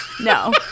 no